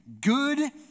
Good